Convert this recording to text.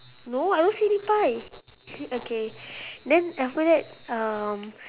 no I don't see any pie okay then after that um